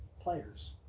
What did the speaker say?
players